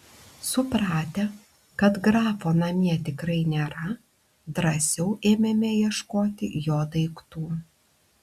supratę kad grafo namie tikrai nėra drąsiau ėmėme ieškoti jo daiktų